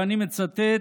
ואני מצטט: